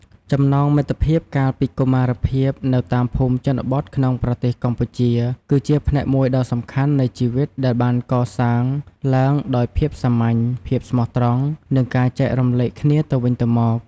ចំណងមិត្តភាពកាលពីកុមារភាពនៅតាមភូមិជនបទក្នុងប្រទេសកម្ពុជា គឺជាផ្នែកមួយដ៏សំខាន់នៃជីវិត ដែលបានកសាងឡើងដោយភាពសាមញ្ញ ភាពស្មោះត្រង់ និងការចែករំលែកគ្នាទៅវិញទៅមក។